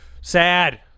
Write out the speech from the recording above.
sad